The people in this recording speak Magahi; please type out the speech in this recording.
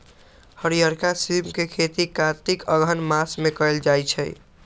हरियरका सिम के खेती कार्तिक अगहन मास में कएल जाइ छइ